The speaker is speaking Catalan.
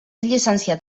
llicenciat